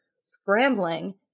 scrambling